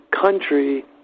country